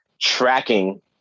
tracking